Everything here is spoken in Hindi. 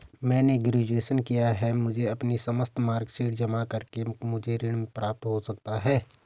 मैंने ग्रेजुएशन किया है मुझे अपनी समस्त मार्कशीट जमा करके मुझे ऋण प्राप्त हो सकता है?